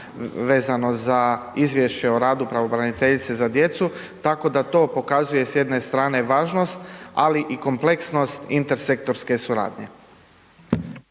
vezano za izvješće o radu pravobraniteljice za djecu, tako da to pokazuje s jedne strane važnost, ali i kompleksnost Inter sektorske suradnje.